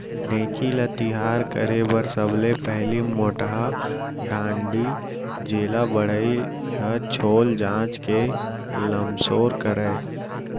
ढेंकी ल तियार करे बर सबले पहिली मोटहा डांड़ी जेला बढ़ई ह छोल चांच के लमसोर करय